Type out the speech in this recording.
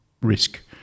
risk